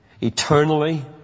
eternally